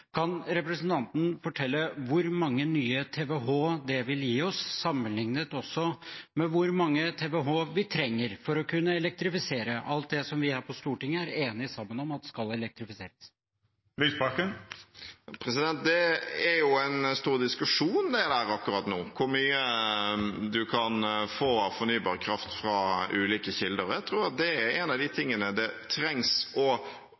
Kan representanten fortelle hvor mange nye TWh det vil gi oss, sammenliknet med hvor mange TWh vi trenger for å kunne elektrifisere alt det som vi her på Stortinget sammen er enige om at skal elektrifiseres? Det er en stor diskusjon akkurat nå, hvor mye fornybar kraft en kan få fra ulike kilder. Jeg tror det er et av de